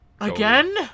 again